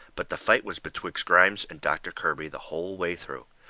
but the fight was betwixt grimes and doctor kirby the hull way through.